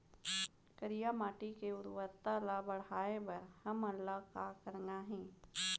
करिया माटी के उर्वरता ला बढ़ाए बर हमन ला का करना हे?